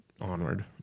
onward